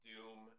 Doom